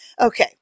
Okay